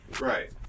Right